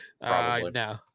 no